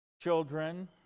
Children